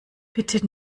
bitte